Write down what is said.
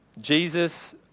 Jesus